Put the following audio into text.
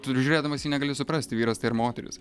tu ir žiūrėdamas į negali suprasti vyras tai ar moteris